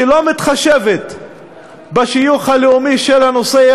שלא מתחשבת בשיוך הלאומי של הנוסע,